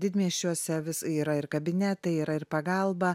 didmiesčiuose vis yra ir kabinetai yra ir pagalba